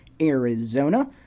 Arizona